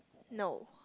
no